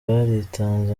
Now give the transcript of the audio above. baritanze